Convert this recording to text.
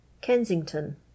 kensington